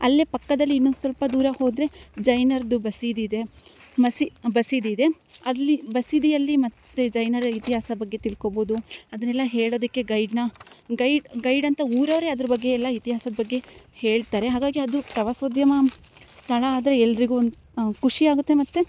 ಅಲ್ಲೇ ಪಕ್ಕದಲ್ಲಿ ಇನ್ನೊಂದು ಸ್ವಲ್ಪ ದೂರ ಹೋದರೆ ಜೈನರದು ಬಸದಿಯಿದೆ ಮಸಿ ಬಸದಿಯಿದೆ ಅಲ್ಲಿ ಬಸದಿಯಲ್ಲಿ ಮತ್ತು ಜೈನರ ಇತಿಹಾಸ ಬಗ್ಗೆ ತಿಳ್ಕೋಬೌದು ಅದನ್ನೆಲ್ಲ ಹೇಳೋದಕ್ಕೆ ಗೈಡನ್ನ ಗೈಡ್ ಗೈಡ್ ಅಂತ ಊರವರೇ ಅದ್ರ ಬಗ್ಗೆ ಎಲ್ಲ ಇತಿಹಾಸದ ಬಗ್ಗೆ ಹೇಳ್ತಾರೆ ಹಾಗಾಗಿ ಅದು ಪ್ರವಾಸೋದ್ಯಮ ಸ್ಥಳ ಆದರೆ ಎಲ್ಲರಿಗೂ ಒಂದು ಖುಷಿಯಾಗುತ್ತೆ ಮತ್ತು